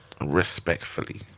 Respectfully